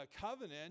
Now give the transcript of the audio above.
covenant